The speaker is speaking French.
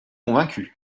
convaincus